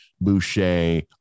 Boucher